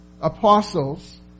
apostles